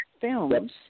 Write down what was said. films